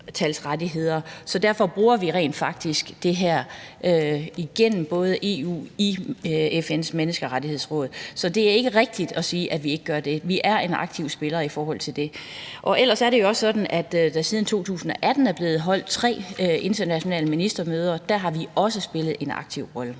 Så vi bruger rent faktisk det her, også igennem EU og FN's Menneskerettighedsråd, så det er ikke rigtigt at sige, at vi ikke gør det. Vi er en aktiv spiller i forhold til det. Ellers er det jo også sådan, at der siden 2018 er blevet holdt tre internationale ministermøder. Der har vi også spillet en aktiv rolle.